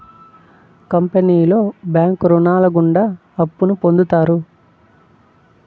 కంపెనీలో బ్యాంకు రుణాలు గుండా అప్పును పొందుతారు